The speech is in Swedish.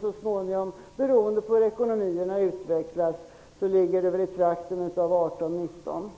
Så småningom, beroende på hur ekonomierna utvecklas, ligger den i trakten av 18--19 miljarder.